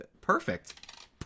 Perfect